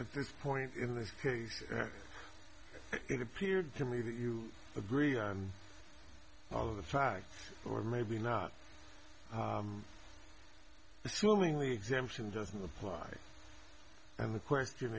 at this point in this case it appeared to me that you agree on all of the facts or maybe not assuming the exemption doesn't apply and the question